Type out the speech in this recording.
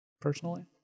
personally